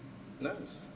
nice